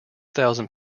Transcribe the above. thousand